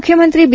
ಮುಖ್ಯಮಂತ್ರಿ ಬಿ